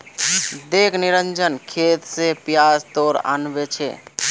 दख निरंजन खेत स प्याज तोड़े आनवा छै